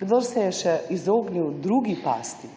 Kdor se je še izognil drugi pasti,